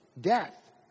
death